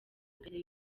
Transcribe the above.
mbere